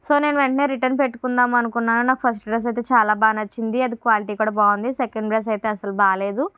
so వెంటనే return పెట్టుకుందామని అనుకున్న కానీ ఫస్ట్ డ్రెస్ అయితే చాలా బాగా నచ్చింది అది క్వాలిటీ కూడా బాగుంది సెకండ్ డ్రెస్ అయితే అసలు బాగోలేదు